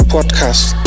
Podcast